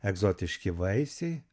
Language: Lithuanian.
egzotiški vaisiai